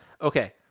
Okay